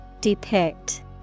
Depict